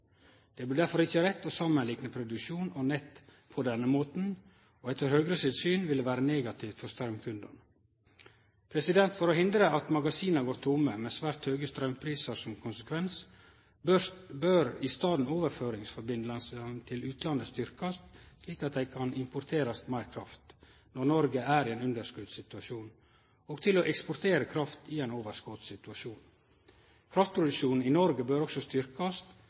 Det blir derfor ikkje rett å samanlikne produksjon og nett på denne måten, og etter Høgre sitt syn vil det vere negativt for straumkundane. For å hindre at magasina går tomme, med svært høge straumprisar som konsekvens, bør i staden overføringssambandet til utlandet bli styrkt, slik at det kan bli importert meir kraft når Noreg er i ein underskotssituasjon, og eksportert kraft i ein overskotssituasjon. Kraftproduksjonen i Noreg bør også